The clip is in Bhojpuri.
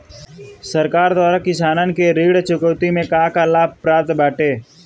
सरकार द्वारा किसानन के ऋण चुकौती में का का लाभ प्राप्त बाटे?